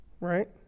Right